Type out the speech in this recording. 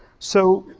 so